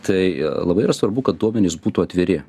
tai labai yra svarbu kad duomenys būtų atviri